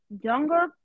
younger